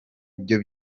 ibyo